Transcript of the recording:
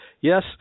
yes